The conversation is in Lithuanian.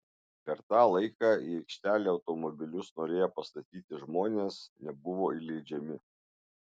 per tą laiką į aikštelę automobilius norėję pastatyti žmonės nebuvo įleidžiami